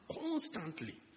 constantly